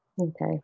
Okay